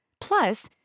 Plus